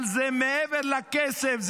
אבל זה מעבר לכסף,